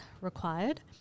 required